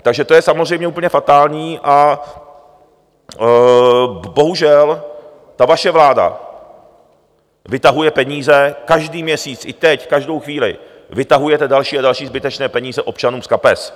Takže to je samozřejmě úplně fatální a bohužel ta vaše vláda vytahuje peníze každý měsíc, i teď, každou chvíli, vytahujete další a další zbytečné peníze občanům z kapes.